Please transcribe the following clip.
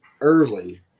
early